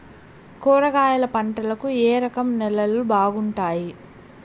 కూరగాయల పంటలకు ఏ రకం నేలలు బాగుంటాయి?